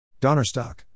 Donnerstock